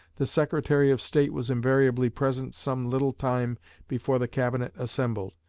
the secretary of state was invariably present some little time before the cabinet assembled,